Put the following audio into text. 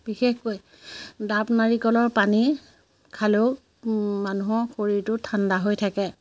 বিশেষকৈ ডাব নাৰিকলৰ পানী খালেও মানুহৰ শৰীৰটো ঠাণ্ডা হৈ থাকে